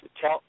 tell